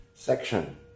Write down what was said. section